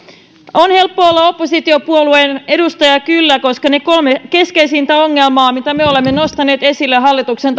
on helppo olla oppositiopuolueen edustaja kyllä koska ne kolme keskeisintä ongelmaa mitä me olemme nostaneet esille hallituksen